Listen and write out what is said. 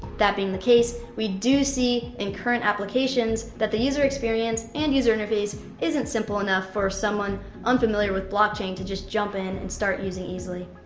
that being the case, we do see in current applications that the user experience and user interface isn't simple enough for people unfamiliar with blockchain to just jump in and start using easily.